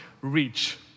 reach